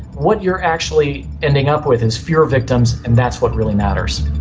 what you're actually ending up with is fewer victims, and that's what really matters.